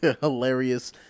Hilarious